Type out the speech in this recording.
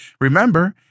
Remember